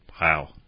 Wow